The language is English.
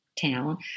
town